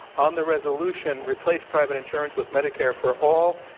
on the resolution, replace private insurance with medicare for all,